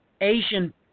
Asian